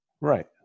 Right